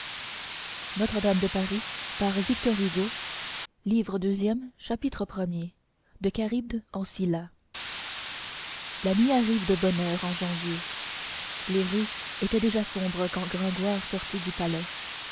livre deuxième i de charybde en scylla la nuit arrive de bonne heure en janvier les rues étaient déjà sombres quand gringoire sortit du palais